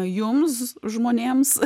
jums žmonėms